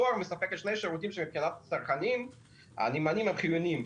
מספקת שני שירותים שמבחינת הצרכנים הם חיוניים,